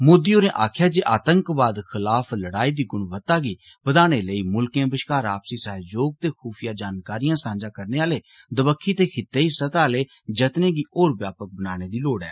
मोदी होरें आक्खेआ जे आतंकवाद खलाफ लड़ाई दी गुणवत्ता गी बदाने लेई मुल्खै बश्कार आपसी सहयोग ते खुफियां जानकारियां सांझा करने आले दवक्खी ते खित्तेई सतह आले जतनें गी होर व्यापक बनाने दी लोढ़ ऐ